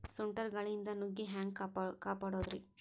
ಸುಂಟರ್ ಗಾಳಿಯಿಂದ ನುಗ್ಗಿ ಹ್ಯಾಂಗ ಕಾಪಡೊದ್ರೇ?